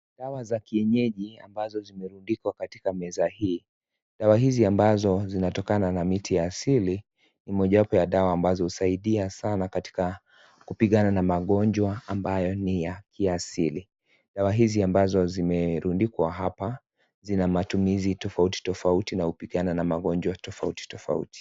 Dawa za kienyeji ambazo zimerundikwa katika meza hii. Dawa hizi ambazo zinatokana na miti asili ni mojawapo ya dawa ambayo husaidia sana katika kupigana na magonjwa ambayo ni ya kiasili. Dawa hizi ambazo zimerundikwa hapa zina matumizi tofauti tofauti kulingana na magonjwa tofauti tofauti.